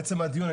לעצם הדיון,